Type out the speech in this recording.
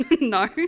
No